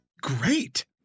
great